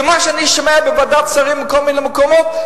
מה שאני שומע בוועדת שרים ובכל מיני מקומות,